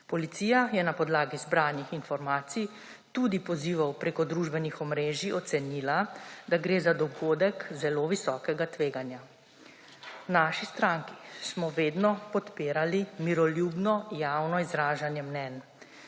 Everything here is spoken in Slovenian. Policija je na podlagi zbranih informacij, tudi pozivov preko družbenih omrežij, ocenila, da gre za dogodek zelo visokega tveganja. V naši stranki smo vedno podpirali miroljubno javno izražanje mnenj,